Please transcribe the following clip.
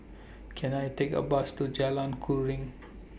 Can I Take A Bus to Jalan Keruing